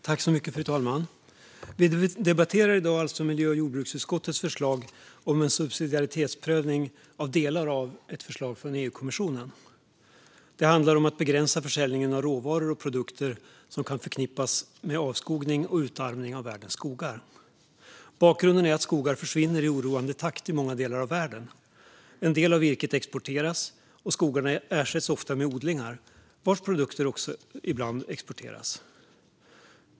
Fru talman! Vi debatterar i dag miljö och jordbruksutskottets förslag om en subsidiaritetsprövning av delar av ett förslag från EU-kommissionen. Det handlar om att begränsa försäljningen av råvaror och produkter som kan förknippas med avskogning och utarmning av världens skogar. Bakgrunden är att skogar försvinner i oroande takt i många delar av världen. En del av virket exporteras, och skogarna ersätts ofta med odlingar vars produkter också ibland exporteras.